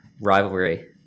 rivalry